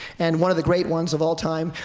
and one of the great ones of all time,